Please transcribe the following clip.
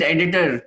Editor